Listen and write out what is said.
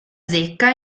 zecca